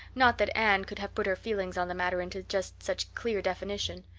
not that anne could have put her feelings on the matter into just such clear definition.